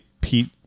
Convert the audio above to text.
Pete